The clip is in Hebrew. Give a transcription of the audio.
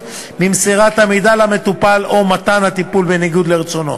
ממסירת המידע למטופל או מתן הטיפול בניגוד לרצונו.